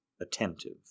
attentive